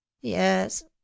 yes